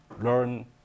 learn